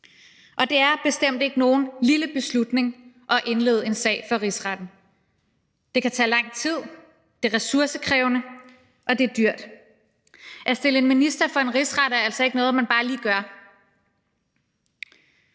Og det er bestemt ikke nogen lille beslutning at indlede en sag for Rigsretten. Det kan tage lang tid, det er ressourcekrævende, og det er dyrt. At stille en minister for en rigsret er altså ikke noget, man bare lige gør,